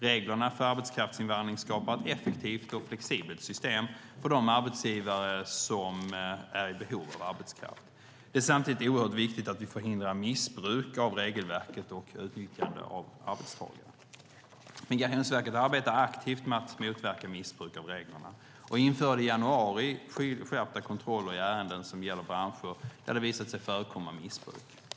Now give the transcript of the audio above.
Reglerna för arbetskraftsinvandring skapar ett effektivt och flexibelt system för de arbetsgivare som är i behov av arbetskraft. Det är samtidigt oerhört viktigt att vi förhindrar missbruk av regelverket och utnyttjande av arbetstagare. Migrationsverket arbetar aktivt med att motverka missbruk av reglerna och införde i januari skärpta kontroller i ärenden som gäller branscher där det visat sig förekomma missbruk.